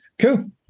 cool